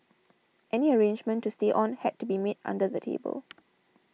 any arrangement to stay on had to be made under the table